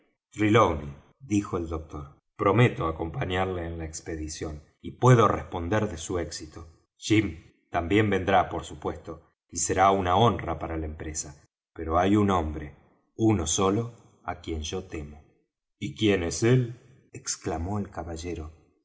trelawney dijo el doctor prometo acompañarle en la expedición y puedo responder de su éxito jim también vendrá por supuesto y será una honra para la empresa pero hay un hombre uno solo á quien yo temo y quién es él exclamó el caballero